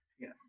Yes